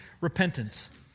repentance